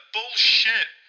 Bullshit